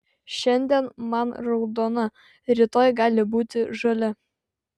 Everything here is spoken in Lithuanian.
šiandien man raudona rytoj gali būti žalia